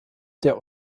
der